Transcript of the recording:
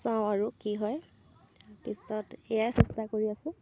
চাওঁ আৰু কি হয় তাৰ পিছত এয়াই চেষ্টা কৰি আছো